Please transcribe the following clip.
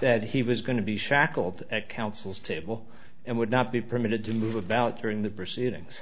that he was going to be shackled at counsel's table and would not be permitted to move about during the proceedings